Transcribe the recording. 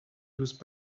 used